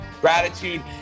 gratitude